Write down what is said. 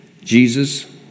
Jesus